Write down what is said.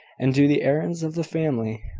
and do the errands of the family.